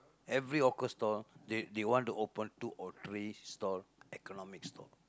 every hawker stall they they want to open two or three stall economy stall